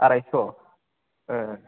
आरायस' अ